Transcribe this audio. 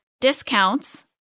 discounts